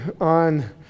on